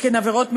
שכן עבירות מין,